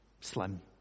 slim